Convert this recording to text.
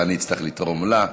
אלא אני אצטרך לתרום לה,